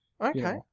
okay